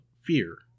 fear